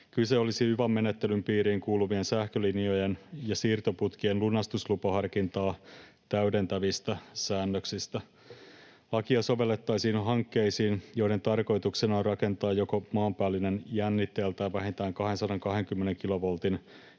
Kyse olisi yva-menettelyn piiriin kuuluvien sähkölinjojen ja siirtoputkien lunastuslupaharkintaa täydentävistä säännöksistä. Lakia sovellettaisiin hankkeisiin, joiden tarkoituksena on rakentaa joko maanpäällinen, jännitteeltään vähintään 220